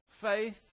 faith